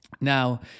Now